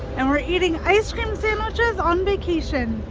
and we're eating ice cream sandwiches on vacation.